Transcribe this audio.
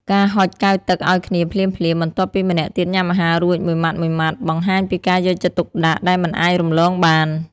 ការហុចកែវទឹកឱ្យគ្នាភ្លាមៗ បន្ទាប់ពីម្នាក់ទៀតញ៉ាំអាហាររួចមួយម៉ាត់ៗ បង្ហាញពីការយកចិត្តទុកដាក់ដែលមិនអាចរំលងបាន។